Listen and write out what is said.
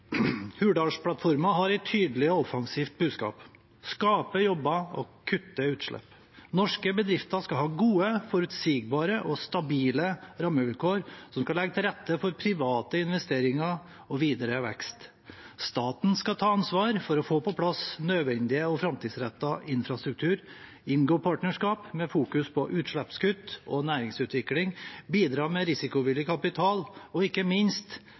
Hurdalsplattformen har et tydelig og offensivt budskap – å skape jobber og å kutte utslipp. Norske bedrifter skal ha gode, forutsigbare og stabile rammevilkår som kan legge til rette for private investeringer og videre vekst. Staten skal ta ansvar for å få på plass nødvendig og framtidsrettet infrastruktur, inngå partnerskap med fokus på utslippskutt og næringsutvikling, bidra med risikovillig kapital og ikke minst